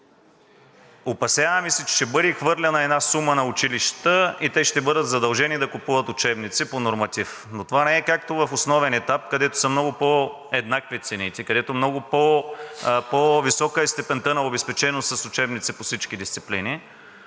Опасяваме се, че ще бъде хвърлена една сума на училищата и те ще бъдат задължени да купуват учебници по норматив, но това не е както в основен етап, където са много по-еднакви цените, където много по-висока е степента на обезпеченост с учебници по всички дисциплини